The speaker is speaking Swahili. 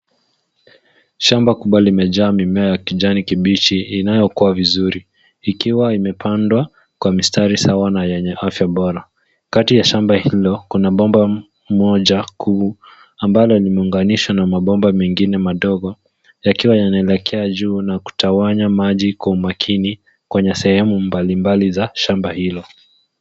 Shamba kubwa limejaa mimea ya kijani kibichi inayokua vizuri, ikiwa imepandwa kwa mistari sawa na yenye afya bora. Kati ya shamba hilo kuna bomba moja kuu ambalo ni muunganisho na mabomba mengine madogo yakiwa yanaelekea juu na kutawanya maji kwa umakini kwenye sehemu mbalimbali za shamba hilo.